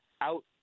out